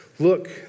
Look